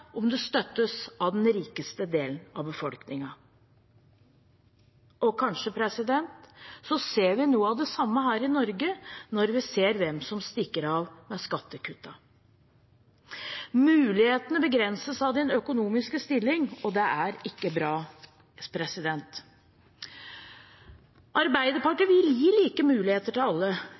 om det støttes av den rikeste delen av befolkningen. Kanskje ser vi noe av det samme her i Norge, når vi ser hvem som stikker av med skattekuttene. Mulighetene begrenses av ens økonomiske stilling, og det er ikke bra. Arbeiderpartiet vil gi like muligheter til alle,